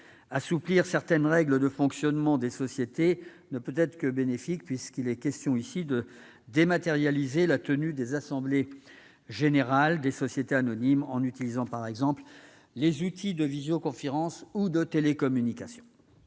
Assouplir certaines règles de fonctionnement des sociétés ne peut être bénéfique, puisqu'il est question ici de dématérialiser la tenue des assemblées générales des sociétés anonymes, en utilisant, par exemple, les outils de visioconférence ou de télécommunication.